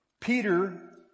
Peter